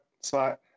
spot